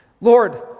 Lord